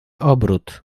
obrót